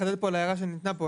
לחדד על ההערה שניתנה פה,